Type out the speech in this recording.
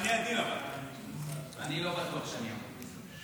אני, אני לא בטוח שאעמוד בזה.